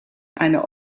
eine